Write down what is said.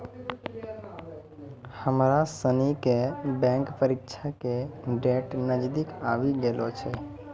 हमरा सनी के बैंक परीक्षा के डेट नजदीक आवी गेलो छै